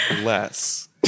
less